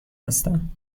هستم